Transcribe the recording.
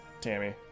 Tammy